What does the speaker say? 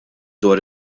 dwar